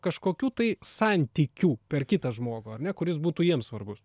kažkokių tai santykių per kitą žmogų ar ne kuris būtų jiems svarbus